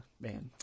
man